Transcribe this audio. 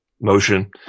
motion